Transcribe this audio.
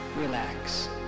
relax